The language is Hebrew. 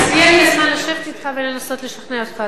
אז יהיה לי הזמן לשבת אתך ולנסות לשכנע אותך,